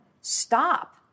stop